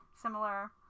similar